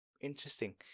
interesting